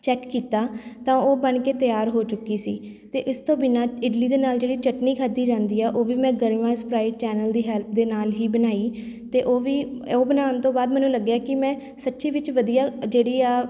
check ਕੀਤਾ ਤਾਂ ਉਹ ਬਣ ਕੇ ਤਿਆਰ ਹੋ ਚੁੱਕੀ ਸੀ ਅਤੇ ਇਸ ਤੋਂ ਬਿਨਾ ਇਡਲੀ ਦੇ ਨਾਲ਼ ਜਿਹੜੀ ਚਟਨੀ ਖਾਧੀ ਜਾਂਦੀ ਆ ਉਹ ਵੀ ਮੈਂ ਗਰਿਮਾ ਸਪਰਾਈਡ ਚੈਨਲ ਦੀ ਹੈਲਪ ਦੇ ਨਾਲ਼ ਹੀ ਬਣਾਈ ਅਤੇ ਉਹ ਵੀ ਉਹ ਬਣਾਉਣ ਤੋਂ ਬਾਅਦ ਮੈਨੂੰ ਲੱਗਿਆ ਕਿ ਮੈਂ ਸੱਚੀ ਵਿੱਚ ਵਧੀਆ ਜਿਹੜੀ ਆ